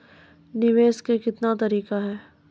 निवेश के कितने तरीका हैं?